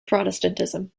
protestantism